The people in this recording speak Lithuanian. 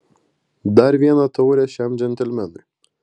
dar vieną taurę šiam džentelmenui